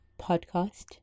podcast